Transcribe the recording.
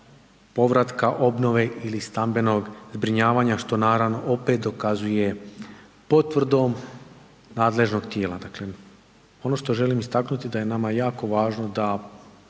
povratka, obnove ili stambenog zbrinjavanja što naravno opet dokazuje potvrdom nadležnog tijela. Dakle, ono što želim istaknuti da je nama jako važno da